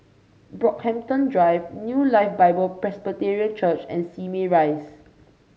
Brockhampton Drive New Life Bible Presbyterian Church and Simei Rise